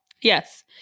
Yes